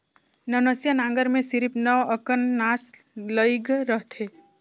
नवनसिया नांगर मे सिरिप नव अकन नास लइग रहथे